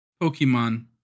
Pokemon